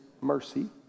mercy